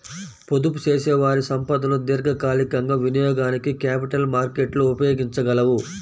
పొదుపుచేసేవారి సంపదను దీర్ఘకాలికంగా వినియోగానికి క్యాపిటల్ మార్కెట్లు ఉపయోగించగలవు